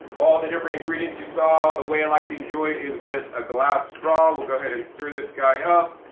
all the different ingredients you saw, the way i like to enjoy it is with a glass straw, we'll go ahead and stir this guy up.